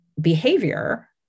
behavior